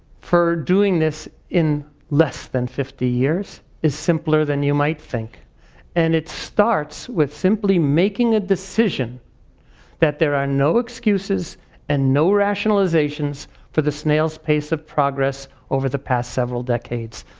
for doing this in less than fifty years is simpler than you might think and it starts with simply making a decision that there are no excuses and no rationalizations for the snail's pace of progress over the past several decades.